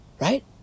Right